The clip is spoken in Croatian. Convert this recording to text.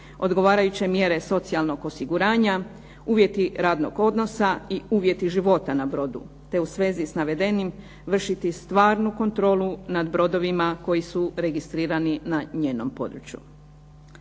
odgovarajuće mjere socijalnog osiguranja, uvjeti radnog odnosa i uvjeti života na brodu, te u svezi na navedenim vršiti stvarnu kontrolu nad brodovima koji su registrirani na njenom području.